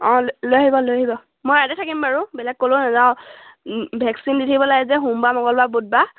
অঁ লৈ আহিব লৈ আহিব মই ইয়াতে থাকিম বাৰু বেলেগ কলৈকো নাযাওঁ ভেকচিন দি থাকিব লাগে যে সোমবাৰ মঙ্গলবাৰ বুধবাৰ